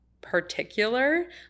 particular